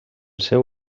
seu